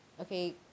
okay